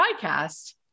podcast